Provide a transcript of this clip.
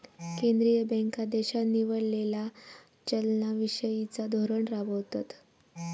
केंद्रीय बँका देशान निवडलेला चलना विषयिचा धोरण राबवतत